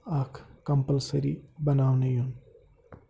اَکھ کَمپَلسٔری بَناونہٕ یُن